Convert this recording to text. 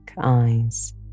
eyes